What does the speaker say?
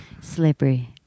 Slippery